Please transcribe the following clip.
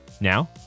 Now